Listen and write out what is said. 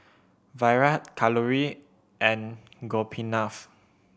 Virat Kalluri and Gopinath